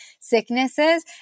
sicknesses